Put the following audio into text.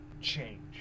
change